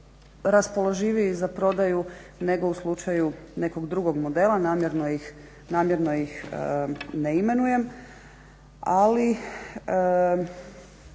rasploživiji za prodaju nego u slučaju nekog drugog modela. Namjerno ih ne imenujem, ali